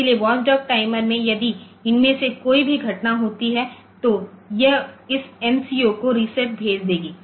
इसलिए watchdog timer में यदि इनमें से कोई भी घटना होती है तो यह इस MCU को रीसेट भेज देगी